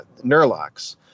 nurlocks